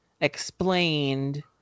explained